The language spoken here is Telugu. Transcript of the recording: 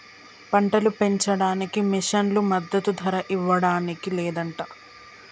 పంటలు పెంచడానికి మిషన్లు మద్దదు ధర ఇవ్వడానికి లేదంట